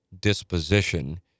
disposition